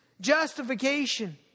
justification